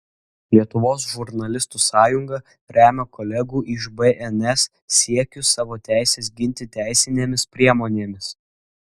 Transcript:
lietuvos žurnalistų sąjunga remia kolegų iš bns siekius savo teises ginti teisinėmis priemonėmis